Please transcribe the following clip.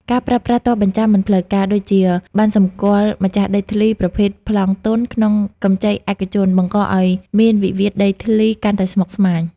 ការប្រើប្រាស់ទ្រព្យបញ្ចាំមិនផ្លូវការ (ដូចជាប័ណ្ណសម្គាល់ម្ចាស់ដីធ្លីប្រភេទប្លង់ទន់) ក្នុងកម្ចីឯកជន បង្កឱ្យមានវិវាទដីធ្លីកាន់តែស្មុគស្មាញ។